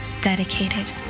dedicated